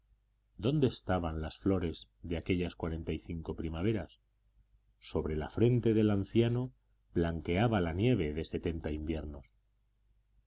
dónde estaban las flores de aquellas cuarenta y cinco primaveras sobre la frente del anciano blanqueaba la nieve de setenta inviernos